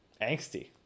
angsty